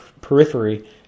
periphery